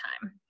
time